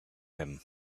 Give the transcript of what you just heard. him